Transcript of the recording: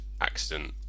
accident